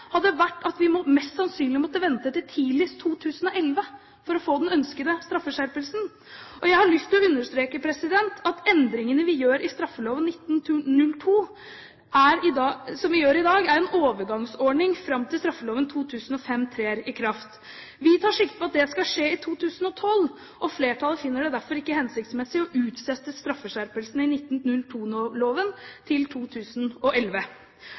hadde hevet strafferammene til åtte år. Konsekvensen av det hadde vært at vi mest sannsynlig måtte vente til tidligst 2011 for å få den ønskede straffeskjerpelsen. Jeg har lyst til å understreke at endringene som vi gjør i dag i straffeloven 1902, er en overgangsordning fram til straffeloven 2005 trer i kraft. Vi tar sikte på at det skal skje i 2012, og flertallet finner det derfor ikke hensiktsmessig å utsette straffeskjerpelsen i 1902-loven til 2011.